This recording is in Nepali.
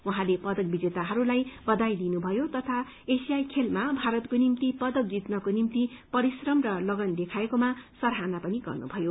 उहाँले पदक विजेताहरूलाई बघाई दिनुभयो तथा एशियाई खेलमा भारतको निम्ति पदक जिलको निमित परिश्रम र लगन देखाएकोमा सराहना पनि गर्नुभयो